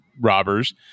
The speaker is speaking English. robbers